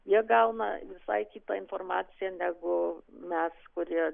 jie gauna visai kita informacija negu mes kurie